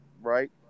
right